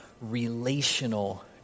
relational